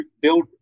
build